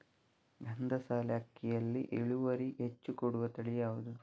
ಗಂಧಸಾಲೆ ಅಕ್ಕಿಯಲ್ಲಿ ಇಳುವರಿ ಹೆಚ್ಚು ಕೊಡುವ ತಳಿ ಯಾವುದು?